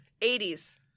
80s